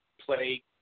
play